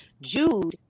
Jude